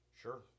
Sure